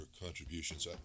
contributions